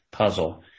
puzzle